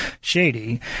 shady